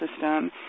System